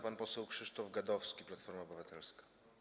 Pan poseł Krzysztof Gadowski, Platforma Obywatelska.